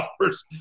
dollars